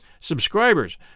Subscribers